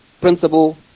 principle